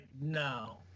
no